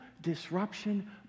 disruption